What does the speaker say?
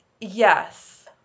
yes